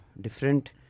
different